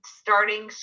starting